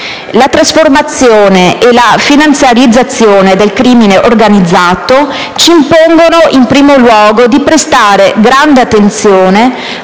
La trasformazione e la finanziarizzazione del crimine organizzato ci impongono in primo luogo di prestare grande attenzione